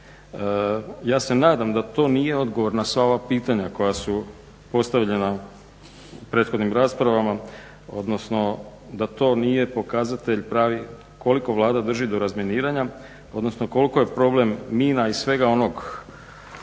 Ja se nadam da to nije odgovor na sva ova pitanja koja su postavljena u prethodnim raspravama, odnosno da to nije pokazatelj pravi koliko Vlada drži do razminiranja, odnosno koliko je problem mina i svega onog